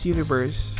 Universe